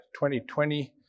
2020